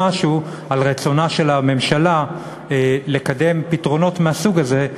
משהו על רצונה של הממשלה לקדם פתרונות מהסוג הזה,